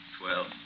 twelve